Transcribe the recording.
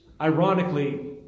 Ironically